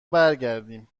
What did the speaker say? برگردیم